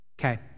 Okay